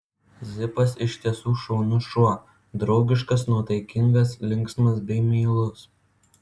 zipas iš tiesų šaunus šuo draugiškas nuotaikingas linksmas bei meilus